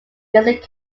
against